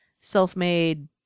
self-made